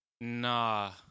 Nah